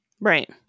Right